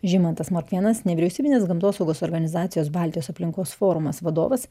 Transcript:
žymantas morkvėnas nevyriausybinės gamtosaugos organizacijos baltijos aplinkos forumas vadovas